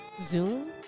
Zoom